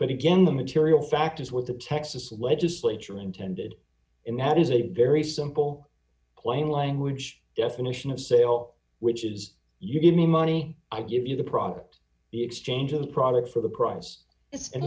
but again the material fact is what the texas legislature intended in that is a very simple plain language definition of sale which is you give me money i give you the product the exchange of the product for the price